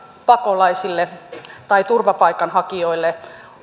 pakolaisille tai turvapaikanhakijoille